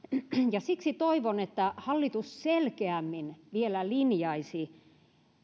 siksi toivon että hallitus selkeämmin vielä linjaisi